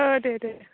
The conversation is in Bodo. ओ दे दे